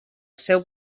seu